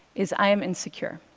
is, i am insecure.